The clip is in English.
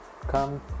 come